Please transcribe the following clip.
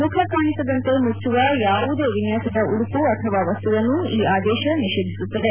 ಮುಖ ಕಾಣಿಸದಂತೆ ಮುಚ್ಚುವ ಯಾವುದೇ ವಿನ್ಯಾಸದ ಉಡುಪು ಅಥವಾ ವಸ್ತುವನ್ನು ಈ ಆದೇಶ ನಿಷೇಧಿಸುತ್ತದೆ